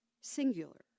singular